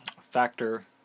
factor